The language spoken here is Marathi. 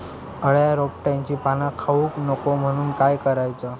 अळ्या रोपट्यांची पाना खाऊक नको म्हणून काय करायचा?